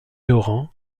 laurent